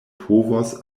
povos